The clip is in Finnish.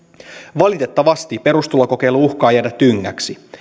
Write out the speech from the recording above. valitettavasti perustulokokeilu uhkaa jäädä tyngäksi